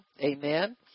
amen